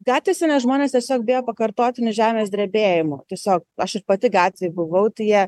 gatvėse nes žmonės tiesiog bijo pakartotinių žemės drebėjimų tiesiog aš ir pati gatvėj buvau tai jie